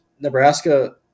Nebraska